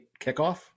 kickoff